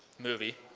movie.